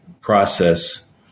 process